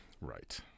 Right